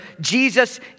Jesus